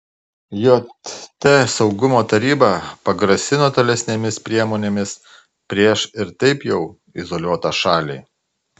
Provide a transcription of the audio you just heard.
jt saugumo taryba pagrasino tolesnėmis priemonėmis prieš ir taip jau izoliuotą šalį